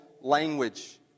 language